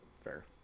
Fair